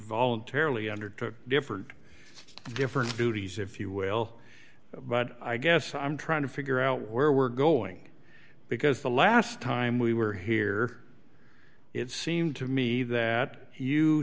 voluntarily undertook different different duties if you will but i guess i'm trying to figure out where we're going because the last time we were here it seemed to me that you